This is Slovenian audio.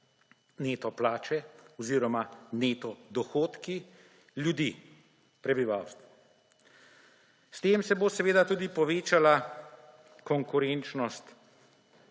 neto plače oziroma neto dohodki ljudi, prebivalstvu. S tem se bo seveda tudi povečala konkurenčnost